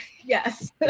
Yes